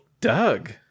Doug